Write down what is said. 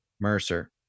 Mercer